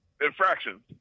infractions